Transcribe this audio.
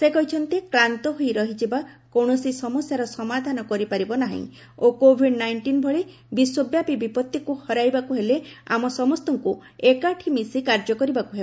ସେ କହିଛନ୍ତି କ୍ଲାନ୍ତ ହୋଇ ରହିଯିବା କୌଣସି ସମସ୍ୟାର ସମାଧାନ କରିପାରିବ ନାହିଁ ଓ କୋଭିଡ୍ ନାଇଷ୍ଟିନ୍ ଭଳି ବିଶ୍ୱବ୍ୟାପି ବିପଭିକୁ ହରାଇବାକୁ ହେଲେ ଆମ ସମସ୍ତଙ୍କୁ ଏକାଠି ମିଶି କାର୍ଯ୍ୟ କରିବାକୁ ହେବ